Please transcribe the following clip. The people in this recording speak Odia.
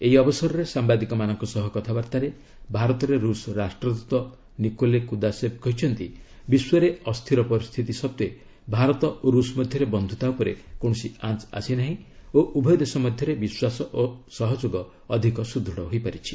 ଏହି ଅବସରରେ ସାମ୍ବାଦିକମାନଙ୍କ ସହ କଥାବାର୍ତ୍ତାରେ ଭାରତରେ ରୁଷ୍ ରାଷ୍ଟ୍ରଦୂତ ନିକୋଲେ କୂଦାଶେବ କହିଛନ୍ତି ବିଶ୍ୱରେ ଅସ୍ଥିର ପରିସ୍ଥିତି ସତ୍ତେ ଭାରତ ଓ ରୂଷ୍ ମଧ୍ୟରେ ବନ୍ଧତା ଉପରେ କୌଣସି ଆଞ୍ଚ ଆସିନାହିଁ ଓ ଉଭୟ ଦେଶ ମଧ୍ୟରେ ବିଶ୍ୱାସ ଓ ସହଯୋଗ ଅଧିକ ସୁଦୂଢ଼ ହୋଇଛି